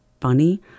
funny